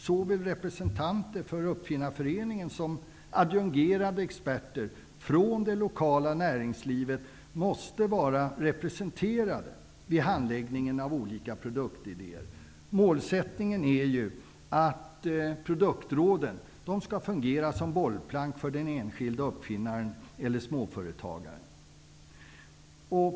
Såväl representanter för Uppfinnarföreningen som adjungerade experter från det lokala näringslivet måste vara representerade vid handläggningen av olika produktidéer. Målsättningen är ju att produktråden skall fungera som bollplank för den enskilde uppfinnaren eller småföretagaren.